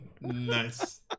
nice